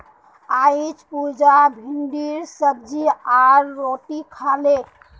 अईज पुजा भिंडीर सब्जी आर रोटी खा ले